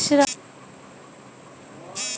ব্রিটিশরা ভারতবাসীদের ওপর অমানবিক ট্যাক্স বা কর চাপাত